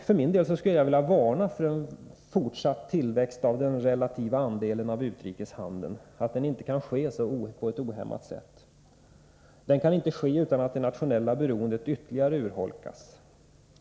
För min del vill jag varna för en fortsatt tillväxt av den relativa andelen av utrikeshandeln. Den kan inte ske ohämmat utan att det nationella beroendet ytterligare urholkas.